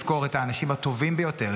לשכור את האנשים הטובים ביותר,